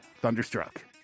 Thunderstruck